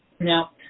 Now